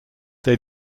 they